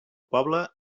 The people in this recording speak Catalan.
poble